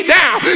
down